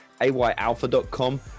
ayalpha.com